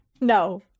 No